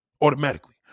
Automatically